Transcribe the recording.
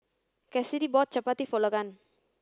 Cassidy bought Chapati for Logan